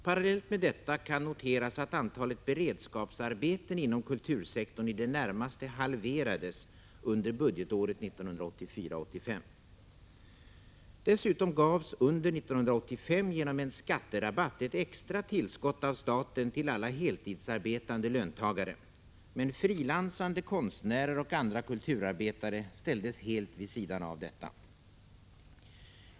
Parallellt med detta kan noteras att antalet beredskapsarbeten inom kultursektorn i det närmaste halverades under budgetåret 1984/85. Under år 1985 gav staten genom en ”skatterabatt” ett extra tillskott till alla heltidsarbetande löntagare. Men frilansande konstnärer och andra kulturarbetare ställdes helt vid sidan av detta.